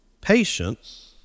patience